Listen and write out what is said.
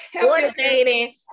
Coordinating